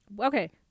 Okay